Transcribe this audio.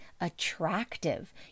attractive